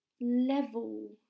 level